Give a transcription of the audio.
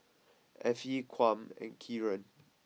Effie Kwame and Kieran